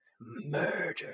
Murder